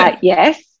yes